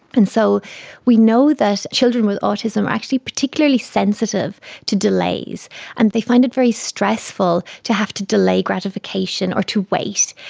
and so we know that children with autism are actually particularly sensitive to delays and they find it very stressful to have to delay gratification or to wait.